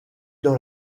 dans